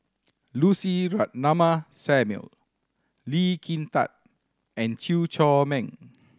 Lucy Ratnammah Samuel Lee Kin Tat and Chew Chor Meng